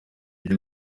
ryo